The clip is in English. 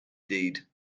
deed